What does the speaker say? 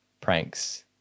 pranks